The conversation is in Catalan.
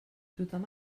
tothom